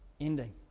ending